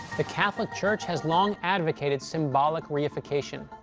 the catholic church has long advocated symbolic reification.